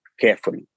carefully